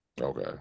Okay